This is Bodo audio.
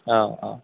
औ औ